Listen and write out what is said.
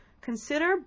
consider